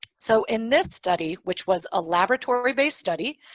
so in this study, which was a laboratory based study,